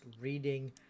reading